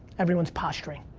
everyone's posturing.